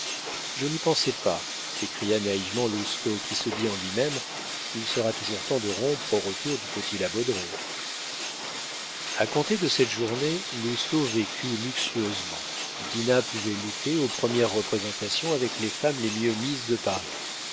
je n'y pensais pas s'écria naïvement lousteau qui se dit en lui-même il sera toujours temps de rompre au retour du petit la baudraye a compter de cette journée lousteau vécut luxueusement dinah pouvait lutter aux premières représentations avec les femmes les mieux mises de paris